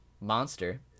Monster